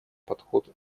подход